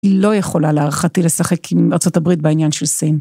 היא לא יכולה, להערכתי, לשחק עם ארה״ב בעניין של סין.